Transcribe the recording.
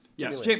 Yes